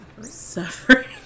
suffering